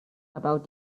about